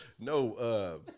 No